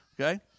Okay